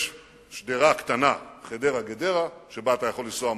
יש שדרה קטנה, חדרה גדרה, שבה אתה יכול לנסוע מהר,